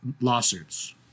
lawsuits